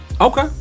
Okay